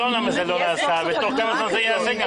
היום זה לא נעשה ותוך כמה זמן זה ייעשה.